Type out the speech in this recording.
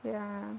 yeah